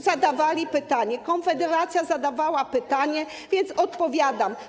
Zadawali pytanie, Konfederacja zadawała pytanie, więc odpowiadam.